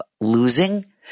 losing